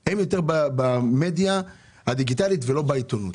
הוא יותר במדיה הדיגיטלית ולא בעיתונות.